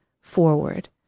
forward